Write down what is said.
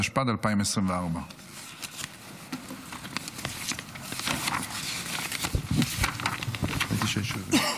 התשפ"ד 2024. בבקשה.